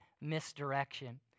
misdirection